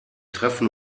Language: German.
treffen